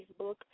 Facebook